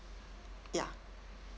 ya